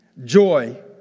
Joy